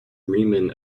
riemann